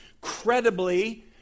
credibly